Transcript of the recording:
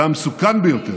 והמסוכן ביותר,